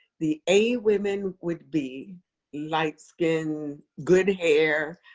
the a women would be light skin, good hair,